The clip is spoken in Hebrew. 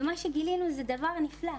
ומה שגילינו זה דבר נפלא.